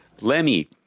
Lemmy